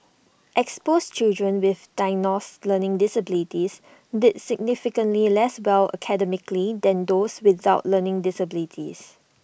exposed children with diagnosed learning disabilities did significantly less well academically than those without learning disabilities